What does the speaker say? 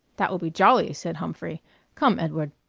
that will be jolly! said humphrey come, edward.